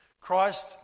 Christ